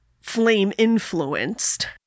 flame-influenced